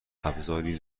ابرازی